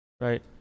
Right